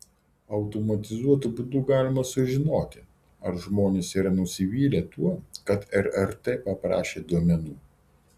automatizuotu būdu galima sužinoti ar žmonės yra nusivylę tuo kad rrt paprašė duomenų